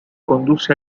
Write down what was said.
conduce